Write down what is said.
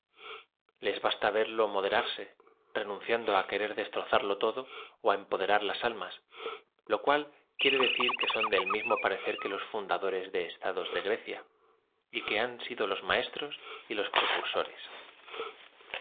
les basta verlo moderarse renunciando á querer destrozarlo todo ó á emponzoñar las almas lo cual quiere decir que soa del mismo parecer que loa íuadadored de es tados eo grecia j que han aido los maestros y los